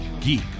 Geek